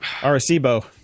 Arecibo